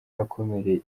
yakomereje